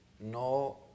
No